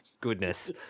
Goodness